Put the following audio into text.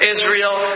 Israel